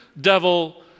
devil